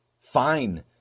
fine